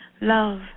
love